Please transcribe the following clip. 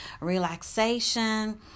relaxation